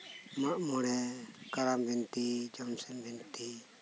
ᱢᱟᱜᱢᱚᱬᱮ ᱠᱟᱨᱟᱢ ᱵᱤᱱᱛᱤ ᱡᱚᱢᱥᱤᱢ ᱵᱤᱱᱛᱤ